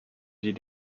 die